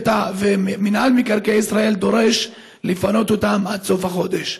מינהל מקרקעי ישראל דורש לפנות אותם עד סוף החודש.